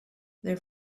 their